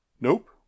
nope